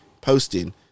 posting